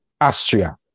Austria